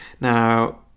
Now